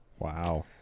Wow